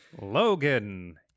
Logan